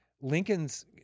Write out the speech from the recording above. Lincoln's